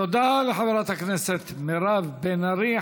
תודה לחברת הכנסת מירב בן ארי.